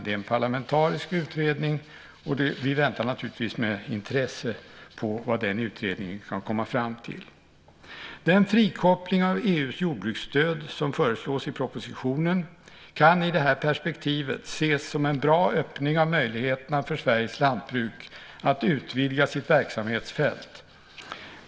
Det är en parlamentarisk utredning, och vi väntar naturligtvis med intresse på vad utredningen kan komma fram till. Den frikoppling av EU:s jordbruksstöd som föreslås i propositionen kan i det här perspektivet ses som en bra öppning av möjligheterna för Sveriges lantbruk att utvidga sitt verksamhetsfält.